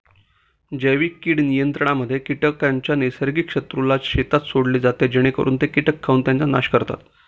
जैविक कीड नियंत्रणामध्ये कीटकांच्या नैसर्गिक शत्रूला शेतात सोडले जाते जेणेकरून ते कीटक खाऊन त्यांचा नाश करतात